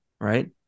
right